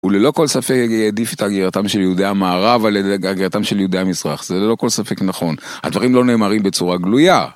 וללא כל ספק יעדיף את הגירתם של יהודי המערב ולגירתם של יהודי המזרח, זה ללא כל ספק נכון, הדברים לא נאמרים בצורה גלויה.